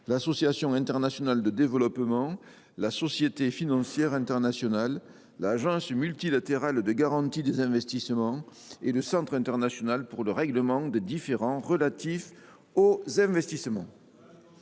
l’Association internationale de développement, la Société financière internationale, l’Agence multilatérale de garantie des investissements et le Centre international pour le règlement des différends relatifs aux investissements